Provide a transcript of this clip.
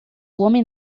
homem